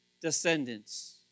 Descendants